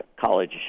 college